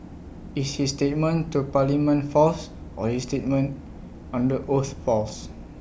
is his statement to parliament false or is statement under oath false